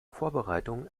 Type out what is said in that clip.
vorbereitung